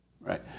right